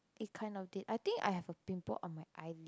it kind of did I think I have a pimple on my eyelid